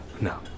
no